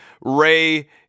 Ray